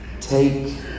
Take